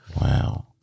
Wow